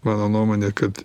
mano nuomone kad